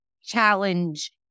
challenge